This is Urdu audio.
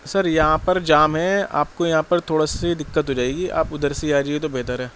سر یہاں پر جام ہے آپ کو یہاں پر تھوڑا سی دقت ہو جائے گی آپ ادھر سے ہی آ جائیے تو بہتر ہے